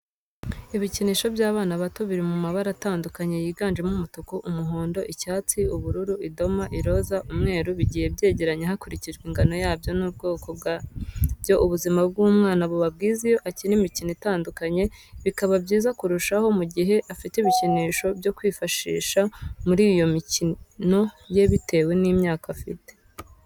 Ibikinisho by'abana bato biri mu mabara atandukanye yiganjemo umutuku, umuhondo, icyatsi ,ubururu , idoma , iroza, umweru, bigiye byegeranye hakurikijwe ingano yabyo n'ubwoko bwabyo ubuzima bw'umwana buba bwiza iyo akina imikino itandukanye, bikaba byiza kurushaho mu gihe afite ibikinisho byo kwifashisha muri iyo mikino ye bitewe n'imyaka afite.